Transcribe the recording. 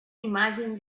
imagine